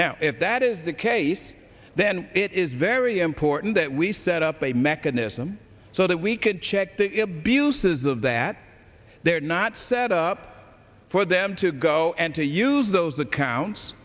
now if that is the case then it is very important that we set up a mechanism so that we could check the abuses of that they're not set up for them to go and to use those that counts